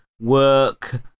work